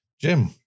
Jim